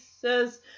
says